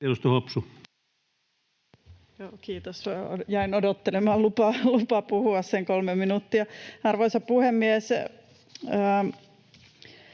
Edustaja Hopsu. Kiitos! Jäin odottelemaan lupaa puhua sen kolme minuuttia. Arvoisa puhemies!